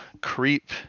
creep